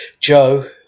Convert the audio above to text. Joe